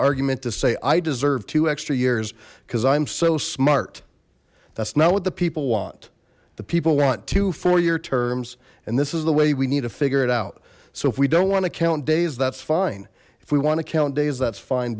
argument to say i deserve two extra years because i'm so smart that's not what the people want the people want two four year terms and this is the way we need to figure it out so if we don't want to count days that's fine if we want to count days that's fine